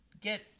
get